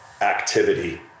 activity